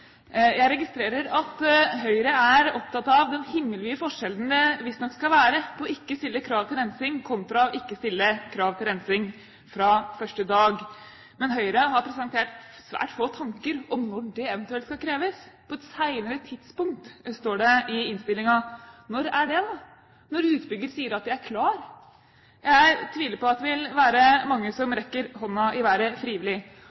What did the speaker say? Jeg registrerer at Høyre er opptatt av den himmelvide forskjellen det visstnok skal være på ikke å stille krav til rensing kontra ikke å stille krav til rensing fra første dag. Men Høyre har presentert svært få tanker om når det eventuelt skal kreves. «På et senere tidspunkt», står det i innstillingen. Når er det? Når utbygger sier at de er klare? Jeg tviler på at det vil være mange som rekker hånda i været frivillig.